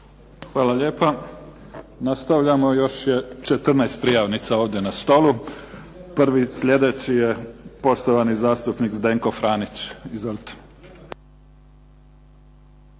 Hvala lijepa. Nastavljamo. Još je 14 prijavnica ovdje na stolu. Prvi slijedeći je poštovani zastupnik Zdenko Franić. Izvolite.